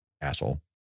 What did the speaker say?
Asshole